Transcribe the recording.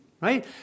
right